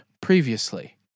previously